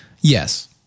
Yes